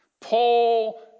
Paul